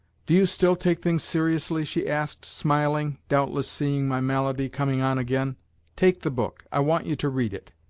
do you still take things seriously? she asked, smiling, doubtless seeing my malady coming on again take the book, i want you to read it.